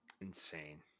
Insane